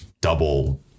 double